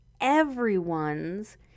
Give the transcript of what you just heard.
everyone's